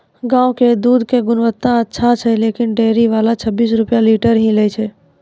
गांव के दूध के गुणवत्ता अच्छा छै लेकिन डेयरी वाला छब्बीस रुपिया लीटर ही लेय छै?